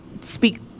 speak